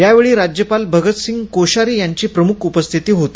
या वेळी राज्यपाल भगत सिंग कोश्यारी यांची प्रमुख उपस्थिती होती